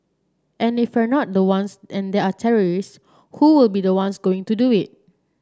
and if we're not the ones and there are terrorist who will be the ones going to do it